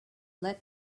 led